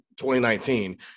2019